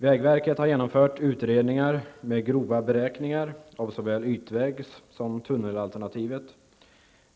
Vägverket har genomfört utredningar med grova beräkningar av såväl ytvägs som tunnelalternativet.